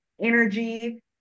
energy